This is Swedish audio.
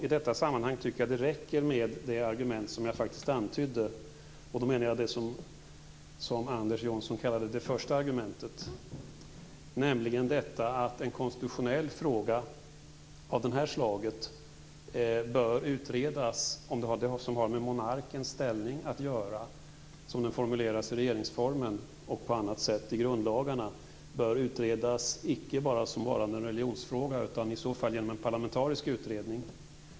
I detta sammanhang tycker jag att det räcker med det argument som jag faktiskt antydde. Då menar jag det som Anders Johnson kallade "det första argumentet", nämligen att en konstitutionell fråga som har med monarkens ställning att göra, som den formuleras i regeringsformen och på annat sätt i grundlagarna, bör utredas. Den bör utredas icke bara som varande en religionsfråga, utan i så fall genom en parlamentarisk utredning.